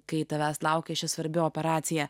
kai tavęs laukia ši svarbi operacija